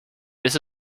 this